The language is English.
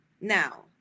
Now